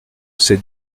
sept